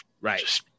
right